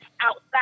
outside